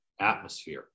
atmosphere